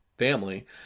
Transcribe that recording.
family